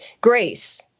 grace